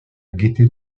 gaieté